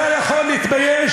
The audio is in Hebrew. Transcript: אתה יכול להתבייש.